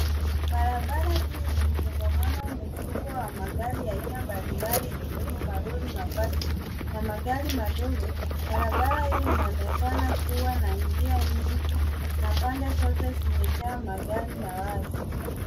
Barabara kuu yenye msongamano mkubwa wa magari ya aina mbalimbali ikiwemo malori, mabasi na magari madogo. Barabara hii inaonekana kuwa na njia nyingi na pande zote zimejaa magari na watu.